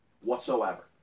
whatsoever